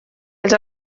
els